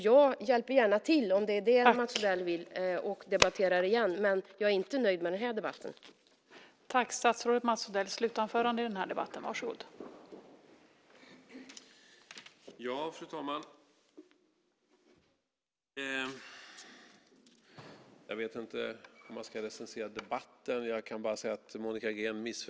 Jag hjälper gärna till, om det är det Mats Odell vill, och jag debatterar gärna igen, men jag är inte nöjd med den här debatten.